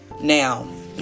Now